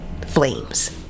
flames